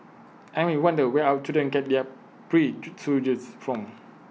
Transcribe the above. and we wonder where our children get their from